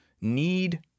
need